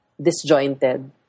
disjointed